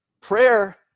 prayer